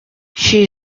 she